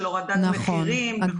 של הורדת מחירים וכו' וכו'.